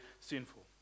sinful